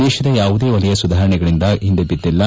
ದೇಶದ ಯಾವುದೇ ವಲಯ ಸುಧಾರಣೆಗಳಿಂದ ಹಿಂದೆ ಬದ್ದಿಲ್ಲ